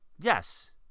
Yes